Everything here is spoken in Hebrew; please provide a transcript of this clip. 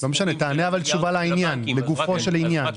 לא משנה, אבל תענה תשובה לגופו של עניין.